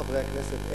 חברי הכנסת,